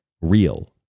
real